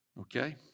Okay